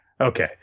Okay